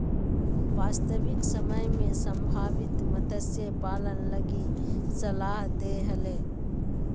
वास्तविक समय में संभावित मत्स्य पालन लगी सलाह दे हले